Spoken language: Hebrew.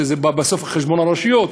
וזה בא בסוף על חשבון הרשויות,